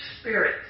spirit